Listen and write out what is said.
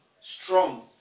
Strong